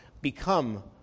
become